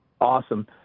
Awesome